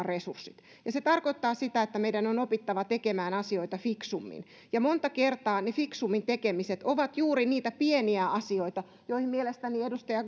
resurssit ja se tarkoittaa sitä että meidän on opittava tekemään asioita fiksummin ja monta kertaa ne fiksummin tekemiset ovat juuri niitä pieniä asioita joihin mielestäni edustaja